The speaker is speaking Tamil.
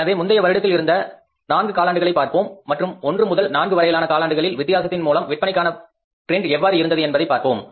எனவே முந்தைய வருடத்தில் இருந்த 4 காலாண்டுகளை பார்ப்போம் மற்றும் 1 முதல் 4 வரையான காலாண்டுகளில் வித்தியாசத்தில் மூலம் விற்பனைக்கான போக்கு எவ்வாறு இருந்தது என்பதை பார்ப்போம்